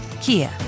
Kia